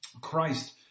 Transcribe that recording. Christ